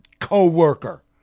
co-worker